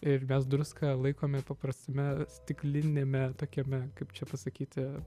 ir mes druską laikome paprastame stikliniame tokiame kaip čia pasakyti